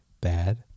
bad